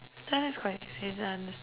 that is quite